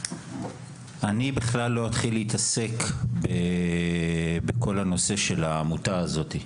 אני בכלל לא אתחיל להתעסק בכל הנושא של העמותה הזאתי,